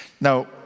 Now